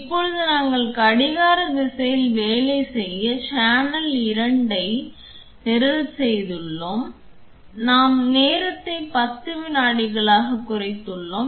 இப்போது நாங்கள் கடிகார திசையில் வேலை செய்ய சேனல் 2 ஐ நிரல் செய்துள்ளோம் நான் நேரத்தை 10 வினாடிகளாகக் குறைத்துள்ளேன்